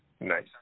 Nice